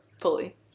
Fully